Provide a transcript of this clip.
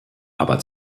aber